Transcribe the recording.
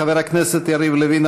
חבר הכנסת יריב לוין,